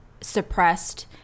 suppressed